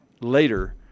later